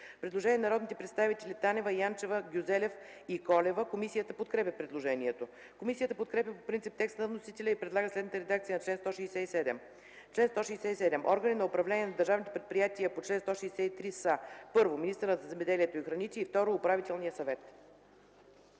предложение на народните представители Танева, Янчева, Гюзелев и Колева. Комисията подкрепя предложението. Комисията подкрепя по принцип текста на вносителя и предлага следната редакция на чл. 167: „Чл. 167. Органи на управление на държавните предприятия по чл. 163 са: 1. министърът на земеделието и храните; 2. управителният съвет.”